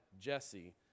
Jesse